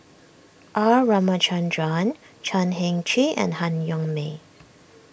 R Ramachandran Chan Heng Chee and Han Yong May